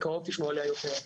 בקרוב תשמעו עליה יותר.